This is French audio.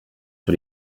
sur